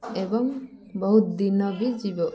ଏବଂ ବହୁତ ଦିନ ବି ଯିବ